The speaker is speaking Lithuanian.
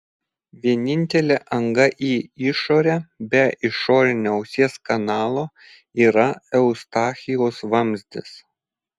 vienintelė anga į išorę be išorinio ausies kanalo yra eustachijaus vamzdis